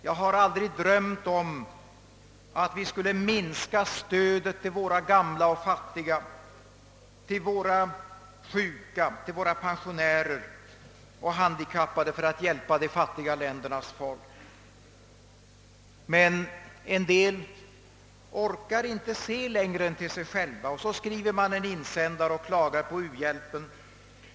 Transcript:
Jag har aldrig drömt om att vi skulle minska stödet till våra gamla och fattiga, till våra sjuka, pensionärer och handikappade, för att hjälpa de fattiga ländernas folk. Men en del orkar inte se längre än till sig själva, och så skriver de en insändare och klagar på u-hjälpen.